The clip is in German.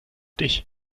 dich